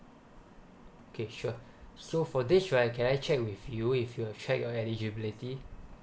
okay sure so for this right can I check with you if you have check your eligibility